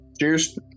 Cheers